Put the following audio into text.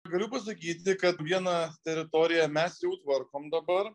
galiu pasakyti kad vieną teritoriją mes jau tvarkom dabar